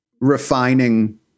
refining